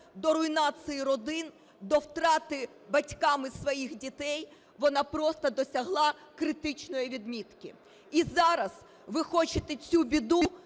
до руйнації родин, до втрати батьками своїх дітей, вона просто досягла критичної відмітки. І зараз ви хочете цю біду